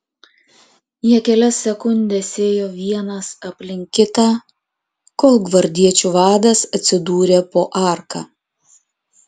jie kelias sekundes ėjo vienas aplink kitą kol gvardiečių vadas atsidūrė po arka